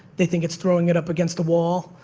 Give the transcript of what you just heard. they think it's throwing it up against the wall,